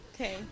Okay